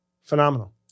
Phenomenal